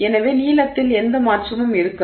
எனவே நீளத்தில் எந்த மாற்றமும் இருக்காது